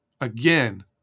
Again